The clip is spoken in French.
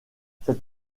cette